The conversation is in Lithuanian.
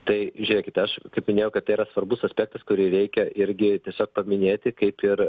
tai žiūrėkite aš kaip minėjau kad yra svarbus aspektas kurį reikia irgi tiesiog paminėti kaip ir